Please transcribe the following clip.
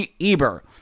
Eber